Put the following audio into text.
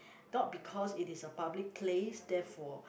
not because it is a public place therefore